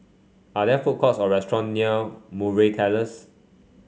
are there food courts or restaurant near Murray Terrace